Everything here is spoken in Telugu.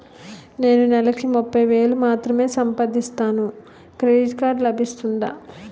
నేను నెల కి ముప్పై వేలు మాత్రమే సంపాదిస్తాను క్రెడిట్ కార్డ్ లభిస్తుందా?